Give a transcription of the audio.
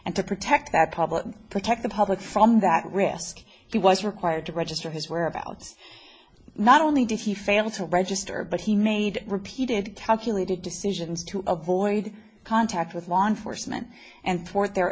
and to protect that public protect the public from that risk he was required to register his whereabouts not only did he fail to register but he made repeated calculated decisions to avoid contact with law enforcement and for their